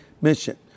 mission